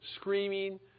screaming